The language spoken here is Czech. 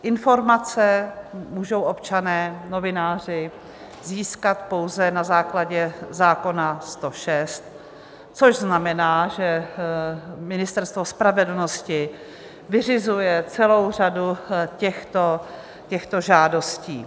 Informace můžou občané, novináři získat pouze na základě zákona 106, což znamená, že Ministerstvo spravedlnosti vyřizuje celou řadu těchto žádostí.